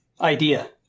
idea